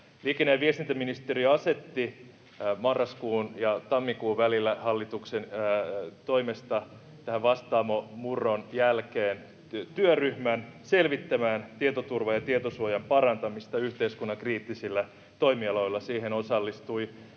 Liikenne- ja viestintäministeriö asetti marraskuun ja tammikuun välillä hallituksen toimesta tämän Vastaamo-murron jälkeen työryhmän selvittämään tietoturvan ja tietosuojan parantamista yhteiskunnan kriittisillä toimialoilla.